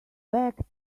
backed